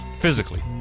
physically